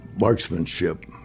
marksmanship